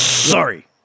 Sorry